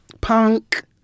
punk